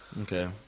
Okay